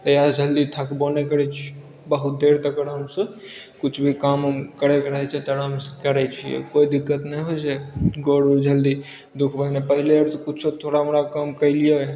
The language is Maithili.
तहियासँ जल्दी हम थकबो नहि करय छियै बहुत देर तक आरामसँ कुछ भी काम उम करयके रहय छै तऽ आरामसँ करय छियै कोइ दिक्कत नहि होइ छै गोर उर जल्दी दू महिना पहिले तऽ कुछो थोड़ा मोड़ा काम करि लियै रहए